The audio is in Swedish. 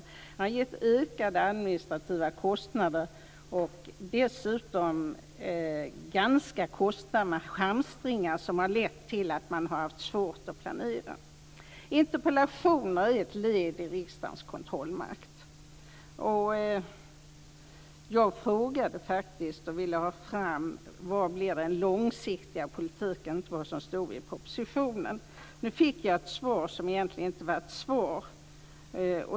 Den har gett ökade administrativa kostnader och dessutom ganska kostsamma hamstringar, som har lett till att man har haft svårt att planera. Interpellationer är ett led i riksdagens kontrollmakt. Jag frågade faktiskt om och ville ha fram vad som blir den långsiktiga politiken och inte om vad som står i propositionen. Nu fick jag ett svar som egentligen inte var ett svar.